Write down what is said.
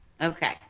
Okay